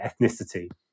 ethnicity